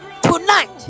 tonight